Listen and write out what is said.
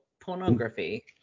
pornography